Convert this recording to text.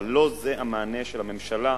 אבל לא זה המענה של הממשלה,